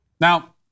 Now